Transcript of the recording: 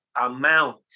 amount